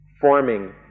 forming